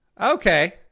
Okay